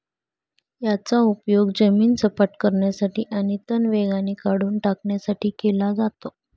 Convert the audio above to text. याचा उपयोग जमीन सपाट करण्यासाठी आणि तण वेगाने काढून टाकण्यासाठी केला जातो